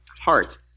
heart